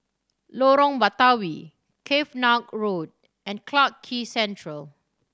Lorong Batawi Cavenagh Road and Clarke Quay Central